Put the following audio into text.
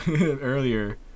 earlier